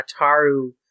Ataru